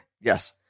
Yes